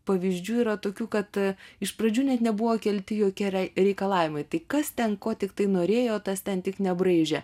pavyzdžių yra tokių kad iš pradžių net nebuvo kelti jokie rei reikalavimai tai kas ten ko tiktai norėjo tas ten tik nebraižė